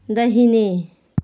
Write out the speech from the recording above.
दाहिने